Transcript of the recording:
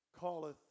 calleth